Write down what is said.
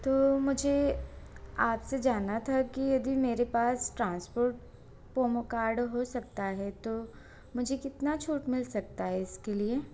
तो मुझे आपसे जानना था कि यदि मेरे पास ट्रांसपोर्ट प्रोमो कार्ड हो सकता है तो मुझे कितना छूट मिल सकता है इसके लिए